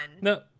No